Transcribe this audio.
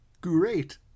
great